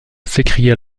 s’écria